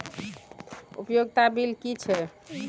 उपयोगिता बिल कि छै?